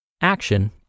Action